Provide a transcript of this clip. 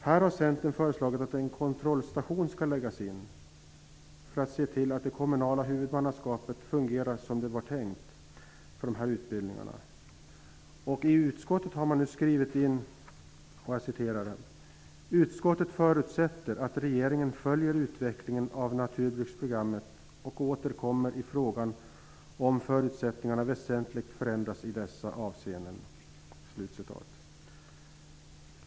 Här har Centern föreslagit att en kontrollstation skall läggas in för att se till att det kommunala huvudmannaskapet fungerar som tänkt för dessa utbildningar. I betänkandet har man skrivit: "Utskottet förutsätter att regeringen följer utvecklingen av naturbruksprogrammet och återkommer i frågan om förutsättningarna väsentligt förändras i dessa avseenden."